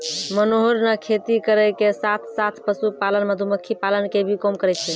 मनोहर नॅ खेती करै के साथॅ साथॅ, पशुपालन, मधुमक्खी पालन के भी काम करै छै